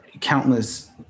countless